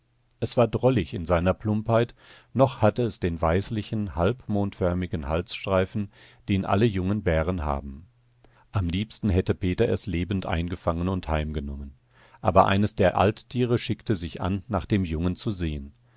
es war drollig in seiner plumpheit noch hatte es den weißlichen halbmondförmigen halsstreifen den alle jungen bären haben am liebsten hätte peter es lebend eingefangen und heimgenommen aber eines der alttiere schickte sich an nach dem jungen zu sehen